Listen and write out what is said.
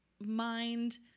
mind